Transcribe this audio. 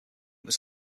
was